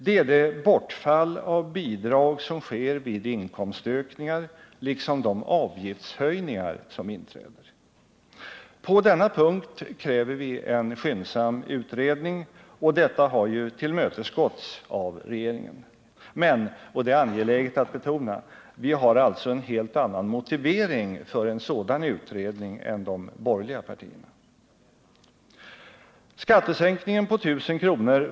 Det är det bortfall av bidrag som sker vid inkomstökningar liksom de avgiftshöj ningar som inträder. På denna punkt kräver vi en skyndsam utredning, och regeringen har ju tillmötesgått oss på den punkten. Men — och det är angeläget att betona — vi har en helt annan motivering för en sådan utredning än de borgerliga partierna. Skattesänkningen på 1 000 kr.